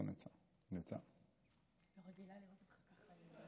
אני לא רגילה לראות אותך כך.